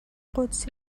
قدسی